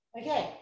Okay